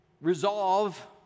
resolve